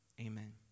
Amen